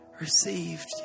received